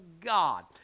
God